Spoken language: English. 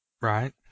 Right